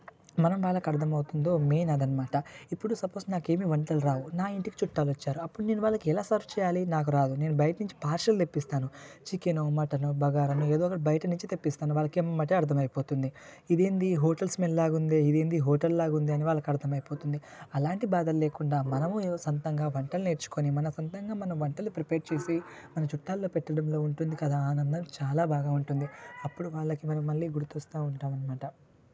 మనం వాళ్ళకి అర్థమవుతుందో మెయిన్ అది అన్నమాట ఇప్పుడు సపోజ్ నాకు ఏమీ వంటలు రావు నా ఇంటికి చుట్టాలు వచ్చారు అప్పుడు నేను వాళ్లకి ఎలా సర్వ్ చేయాలి నాకు రాదు నేను బయట నుంచి పార్సిల్ తెప్పిస్తాను చికెన్ మటన్ బగారా అన్నం ఏదేదో బయట నుంచి తెప్పిస్తాను వాళ్ళకి ఎంబటే అర్థం అయిపోతుంది ఇది ఏంది హోటల్ స్మెల్లాగా ఉందే ఇది ఏంది హోటల్లాగే ఉందే అని వాళ్ళ కి అర్థం అయిపోతుంది అలాంటి బాధలు లేకుండా మనము ఏదో సొంతంగా వంటలు నేర్చుకొని మన సొంతంగా మనం వంటలు ప్రిపేర్ చేసి మన చుట్టాలకి పెట్టేటప్పుడు ఉంటుంది కదా ఆనందం చాలా బాగా ఉంటుంది అప్పుడు వాళ్ళకి మనం మళ్ళీ గుర్తు వస్తా ఉంటాము అన్నమాట